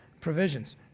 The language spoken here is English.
provisions